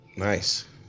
Nice